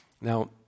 Now